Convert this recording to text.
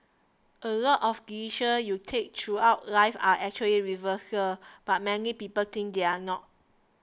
a lot of decisions you take throughout life are actually reversible but many people think they're not